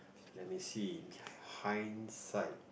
let me see hindsight